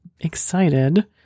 excited